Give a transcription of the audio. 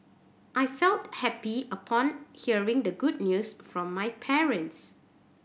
I felt happy upon hearing the good news from my parents